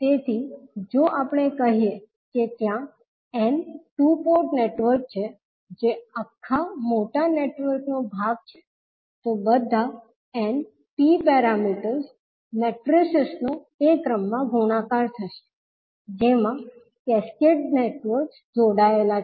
તેથી જો આપણે કહીએ કે ત્યાં n ટુ પોર્ટ નેટવર્ક છે જે આખા મોટા નેટવર્કનો ભાગ છે તો બધા n T પેરામીટર્સ મેટ્રેસીસનો તે ક્રમમાં ગુણાકાર થશે જેમાં કેસ્કેડ નેટવર્ક્સ જોડાયેલા છે